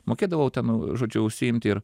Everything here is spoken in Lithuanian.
mokėdavau ten žodžiu užsiimti ir